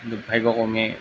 দুৰ্ভাগ্যক্ৰমে